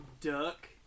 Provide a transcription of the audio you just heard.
Duck